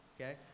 Okay